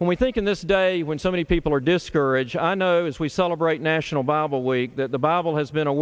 and we think in this day when so many people are discouraged i know as we celebrate national bible week that the bible has been a